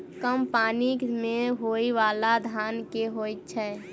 कम पानि मे होइ बाला धान केँ होइ छैय?